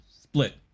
Split